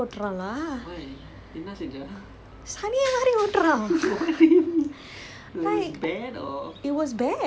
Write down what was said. oh my god you know what you know the other day aarav was like driving me somewhere சனியன்:saniyan மாதிரி ஓட்டுறான்:maathiri oturaan lah